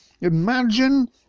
imagine